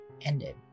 ended